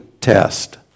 test